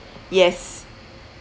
yes